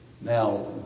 Now